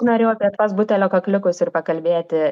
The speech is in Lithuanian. norėjau apie tuos butelio kakliukus ir pakalbėti